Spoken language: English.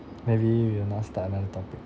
maybe you you now start another topic